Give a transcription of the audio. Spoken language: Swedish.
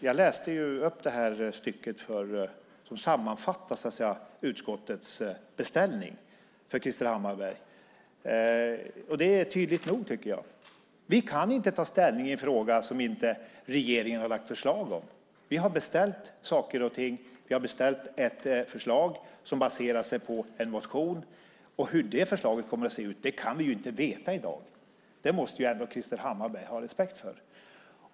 Jag läste upp det stycke som sammanfattar utskottets beställning för Krister Hammarbergh, och jag tycker att det är tydligt nog. Vi kan inte ta ställning i en fråga som regeringen inte har lagt fram förslag om. Vi har beställt saker och ting. Vi har beställt efter det förslag som baserar sig på en motion. Hur förslaget kommer att se ut kan vi inte veta i dag. Det måste Krister Hammarbergh ha respekt för.